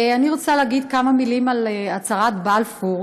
אני רוצה להגיד כמה מילים על הצהרת בלפור,